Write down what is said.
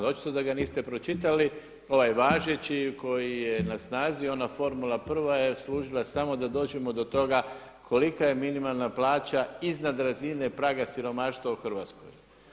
Očito da ga niste pročitali, ovaj važeći koji je na snazi ona formula prva je služila samo da dođemo do toga kolika je minimalna plaća iznad razine praga siromaštva u Hrvatskoj.